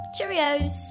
Cheerios